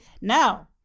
now